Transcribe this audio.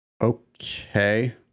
Okay